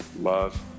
Love